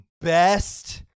best